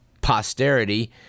posterity